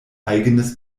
eigenes